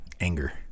anger